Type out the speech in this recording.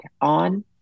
on